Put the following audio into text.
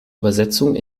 übersetzung